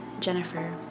Jennifer